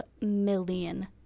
million